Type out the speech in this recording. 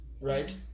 Right